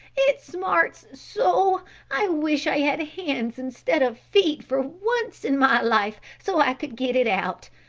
it smarts so i wish i had hands instead of feet for once in my life so i could get it out.